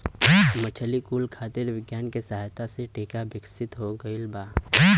मछली कुल खातिर विज्ञान के सहायता से टीका विकसित हो गइल बा